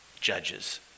judges